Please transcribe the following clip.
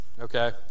okay